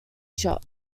shop